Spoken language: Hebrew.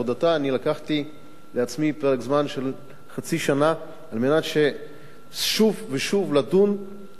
אני לקחתי לעצמי פרק זמן של חצי שנה על מנת לדון ולהתדיין